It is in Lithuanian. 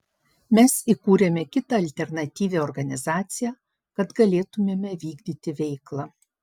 mes įkūrėme kitą alternatyvią organizaciją kad galėtumėme vykdyti veiklą